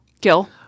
Gil